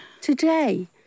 Today